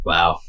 Wow